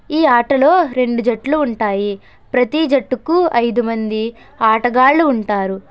ఈ ఆటలో రెండు జట్లు ఉంటాయి ప్రతి జట్టుకు ఐదు మంది ఆటగాళ్లు ఉంటారు